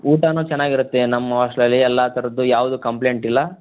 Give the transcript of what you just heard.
ಊಟಾನೂ ಚೆನ್ನಾಗಿರುತ್ತೆ ನಮ್ಮ ಹಾಸ್ಟ್ಲಲ್ಲಿ ಎಲ್ಲ ಥರದ್ದು ಯಾವ್ದೂ ಕಂಪ್ಲೇಂಟಿಲ್ಲ